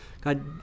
God